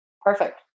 Perfect